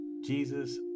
Jesus